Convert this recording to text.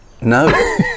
no